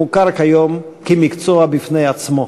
תחום הבטיחות מוכר כיום כמקצוע בפני עצמו,